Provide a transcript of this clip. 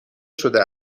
شده